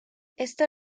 esta